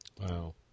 Wow